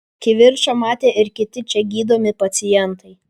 kivirčą matė ir kiti čia gydomi pacientai